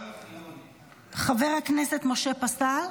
חבר הכנסת משה פסל,